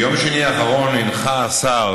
ביום שני האחרון הנחה השר